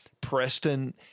Preston